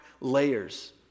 layers